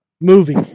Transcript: movie